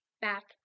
back